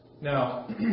Now